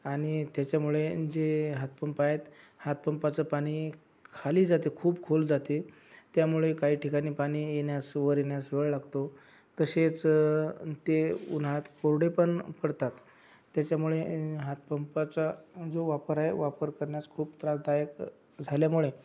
आणि त्याच्यामुळे जे हातपंप आहेत हातपंपाचं पाणी खाली जाते खूप खोल जाते त्यामुळे काही ठिकाणी पाणी येण्यास वर येण्यास वेळ लागतो तसेच ते उन्हाळ्यात कोरडे पण पडतात त्याच्यामुळे हातपंपाचा जो वापर आहे वापर करण्यास खूप त्रासदायक झाल्यामुळे